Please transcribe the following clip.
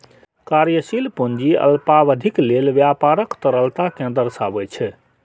कार्यशील पूंजी अल्पावधिक लेल व्यापारक तरलता कें दर्शाबै छै